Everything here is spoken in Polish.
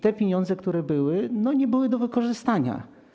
Te pieniądze, które były, nie były do wykorzystania.